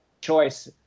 choice